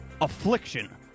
Affliction